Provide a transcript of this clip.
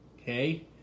Okay